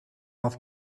off